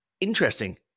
Interesting